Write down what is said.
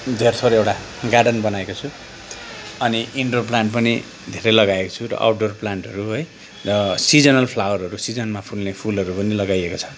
धेरथोर एउटा गार्डन बनाएको छु अनि इन्डोर प्लान्ट पनि धेरै लगाएको छु र आउटडोर प्लान्टहरू है र सिजनल फ्लावरहरू सिजनमा फुल्ने फुलहरू पनि लगाइएको छ